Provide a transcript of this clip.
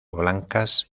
blancas